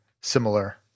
similar